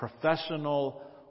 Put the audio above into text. Professional